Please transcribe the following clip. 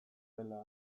gela